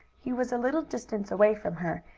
he was a little distance away from her,